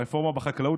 הרפורמה בחקלאות,